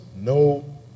no